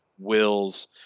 Wills